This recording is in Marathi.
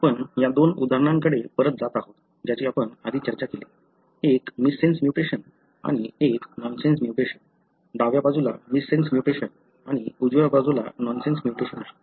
आपण या दोन उदाहरणांकडे परत जात आहोत ज्यांची आपण आधी चर्चा केली एक मिससेन्स म्युटेशन्स आणि एक नॉनसेन्स म्युटेशन्स डाव्या बाजूला मिससेन्स म्युटेशन्स आणि उजव्या बाजूला नॉनसेन्स म्युटेशन्स